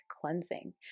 cleansing